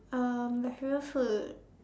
uh my favourite food